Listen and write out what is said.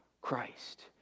Christ